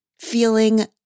feeling